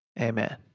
Amen